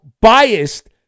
biased